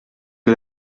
que